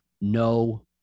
No